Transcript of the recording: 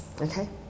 Okay